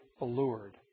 allured